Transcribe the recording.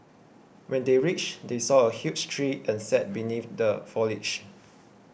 when they reached they saw a huge tree and sat beneath the foliage